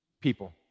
People